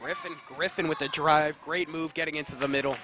griffin griffin with a drive great move getting into the middle